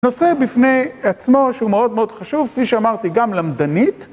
נושא בפני עצמו שהוא מאוד מאוד חשוב, כפי שאמרתי, גם למדנית.